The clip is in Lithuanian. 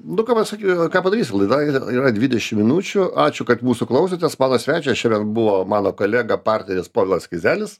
nu ką pasa ką padarysi laida yra dvidešim minučių ačiū kad mūsų klausėtės mano svečias šiandien buvo mano kolega partneris povilas kizelis